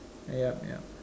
yup yup